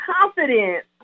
confidence